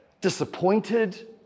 disappointed